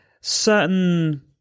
certain